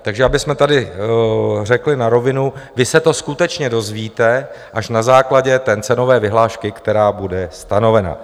Takže abychom tady řekli na rovinu, vy se to skutečně dozvíte až na základě té cenové vyhlášky, která bude stanovena.